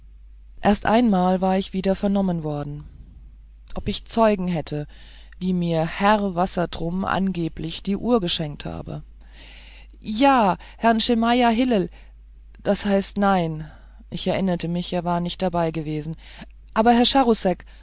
erst einmal war ich wieder vernommen worden ob ich zeugen hätte daß mir herr wassertrum angeblich die uhr geschenkt habe ja herrn schemajah hillel das heißt nein ich erinnerte mich er war nicht dabei gewesen aber herr